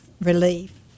relief